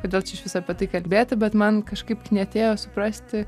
kodėl čia išvis apie tai kalbėti bet man kažkaip knietėjo suprasti